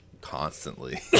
constantly